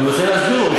אני רוצה להסביר לו.